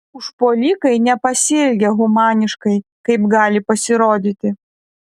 užpuolikai nepasielgė humaniškai kaip gali pasirodyti